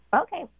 Okay